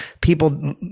people